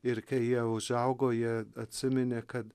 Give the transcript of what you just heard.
ir kai jie užaugo jie atsiminė kad